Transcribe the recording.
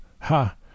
Ha